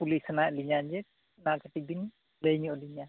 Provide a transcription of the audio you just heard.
ᱠᱩᱞᱤ ᱥᱟᱱᱟᱭᱮᱫ ᱞᱤᱧᱟ ᱡᱮ ᱚᱱᱟ ᱠᱟᱹᱴᱤᱡ ᱵᱮᱱ ᱞᱟᱹᱭ ᱧᱚᱜ ᱟᱹᱞᱤᱧᱟ